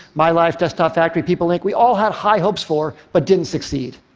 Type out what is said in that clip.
mylife, desktop factory, peoplelink we all had high hopes for, but didn't succeed.